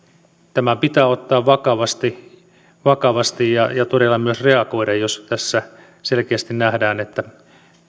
pitää ottaa vakavasti vakavasti ja ja todella myös reagoida jos tässä selkeästi nähdään että